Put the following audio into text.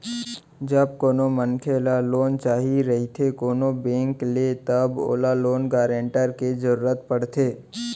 जब कोनो मनखे ल लोन चाही रहिथे कोनो बेंक ले तब ओला लोन गारेंटर के जरुरत पड़थे